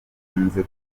akunze